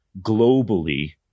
globally